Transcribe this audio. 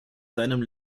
seinem